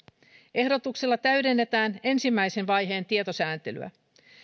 ehdotuksella täydennetään ensimmäisen vaiheen tietosääntelyä